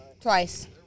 Twice